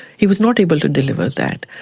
he was not able to deliver that,